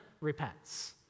repents